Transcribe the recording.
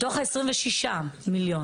מתוך ה-26 מיליון.